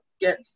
get